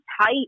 tight